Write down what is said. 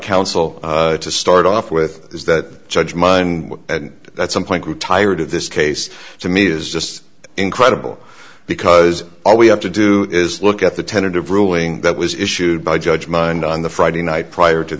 counsel to start off with is that judgment on that some point grew tired of this case to me is just incredible because all we have to do is look at the tentative ruling that was issued by judge mind on the friday night prior to